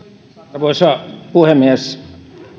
arvoisa puhemies